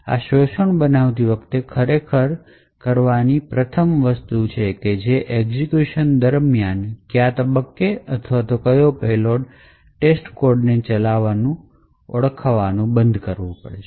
આ શોષણ બનાવતી વખતે ખરેખર કરવાની પ્રથમ વસ્તુ એ છે કે એક્ઝેક્યુશન દરમિયાન કયા તબક્કે અથવા ક્યો પેલોડ testcodeને ચલાવવાનું ઓળખવું બંધ કરશે